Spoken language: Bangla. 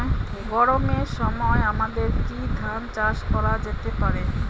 গরমের সময় আমাদের কি ধান চাষ করা যেতে পারি?